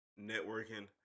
Networking